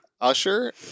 Usher